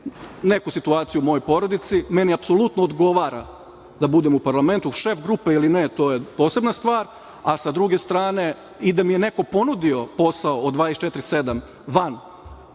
neku situaciju u mojoj porodici, meni apsolutno odgovora da budem u parlamentu, šef grupe ili ne, to je posebna stvar, a sa druge strane i da mi je neko ponudio posao od 24/7, van